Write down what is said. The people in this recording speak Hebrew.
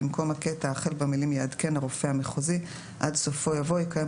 במקום הקטע החל במילים "יעדכן הרופא המחוזי" עד סופו יבוא "יקיים